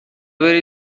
بری